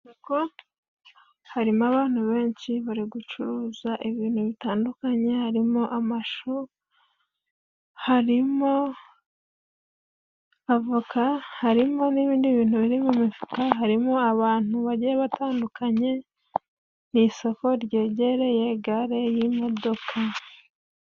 Mu isoko harimo abantu benshi bari gucuruza ibintu bitandukanye harimo amashu, harimo avoka, harimo n'ibindi bintu biri mu mifuka harimo abantu bajyiye batandukanye mu isoko ryegereye gare y'imodoka.